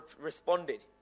responded